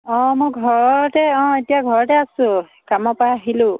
অঁ মই ঘৰতে অঁ এতিয়া ঘৰতে আছোঁ কামৰ পৰা আহিলোঁ